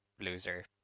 loser